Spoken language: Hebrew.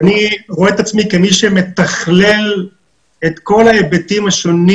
אני רואה את עצמי כמי שמתכלל את כל ההיבטים השונים